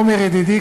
עמר ידידי,